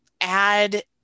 add